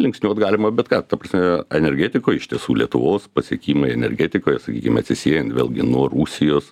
linksniuot galima bet ką ta prasme energetikoj iš tiesų lietuvos pasiekimai energetikoje sakykime atsisiejant vėlgi nuo rusijos